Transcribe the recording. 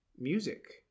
music